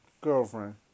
girlfriend